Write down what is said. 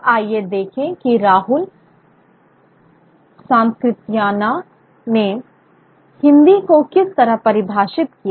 अब आइए देखें कि राहुल सांकृत्याना ने हिंदी को किस तरह परिभाषित किया